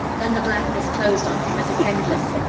then the blackness closed on him, as if endless,